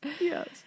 Yes